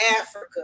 Africa